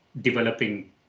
developing